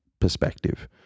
perspective